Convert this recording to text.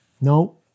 No